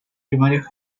primarios